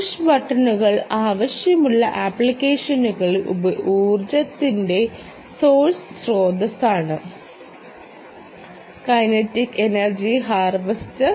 push ബട്ടണുകൾ ആവശ്യമുള്ള ആപ്ലിക്കേഷനുകളിൽ ഊർജ്ജത്തിന്റെ സോഴ്സ് സ്രോതസ്സാണ് കൈനറ്റിക് എനർജി ഹാർവെസ്റ്റർ